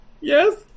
Yes